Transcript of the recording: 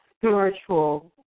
spiritual